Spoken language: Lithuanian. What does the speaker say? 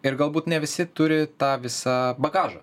ir galbūt ne visi turi tą visą bagažą